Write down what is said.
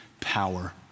power